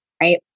right